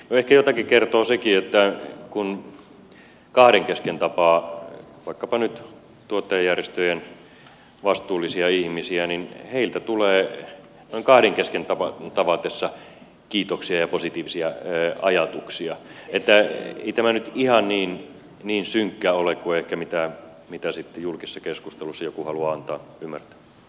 ehkä jotakin kertoo sekin että kun kahden kesken tapaa vaikkapa nyt tuottajajärjestöjen vastuullisia ihmisiä niin heiltä tulee noin kahden kesken tavatessa kiitoksia ja positiivisia ajatuksia että ei tämä nyt ihan niin synkkä ole kuin mitä ehkä sitten julkisessa keskustelussa joku haluaa antaa ymmärtää